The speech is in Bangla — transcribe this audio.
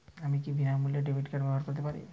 আমি কি বিনামূল্যে ডেবিট কার্ড ব্যাবহার করতে পারি?